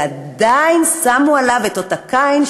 ועדיין שמו עליו אות קין,